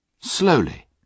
Slowly